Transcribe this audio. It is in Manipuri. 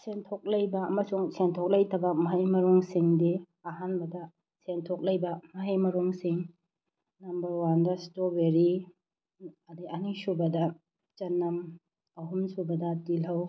ꯁꯦꯟꯊꯣꯛ ꯂꯩꯕ ꯑꯃꯁꯨꯡ ꯁꯦꯟꯊꯣꯛ ꯂꯩꯇꯕ ꯃꯍꯩ ꯃꯔꯣꯡꯁꯤꯡꯗꯤ ꯑꯍꯥꯟꯕꯗ ꯁꯦꯟꯊꯣꯛ ꯂꯩꯕ ꯃꯍꯩ ꯃꯔꯣꯡꯁꯤꯡ ꯅꯝꯕꯔ ꯋꯥꯟꯗ ꯁ꯭ꯇ꯭ꯔꯣꯕꯦꯔꯤ ꯑꯗꯩ ꯑꯅꯤꯁꯨꯕꯗ ꯆꯅꯝ ꯑꯍꯨꯝꯁꯨꯕꯗ ꯇꯤꯜꯍꯧ